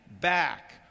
back